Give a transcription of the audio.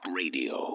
radio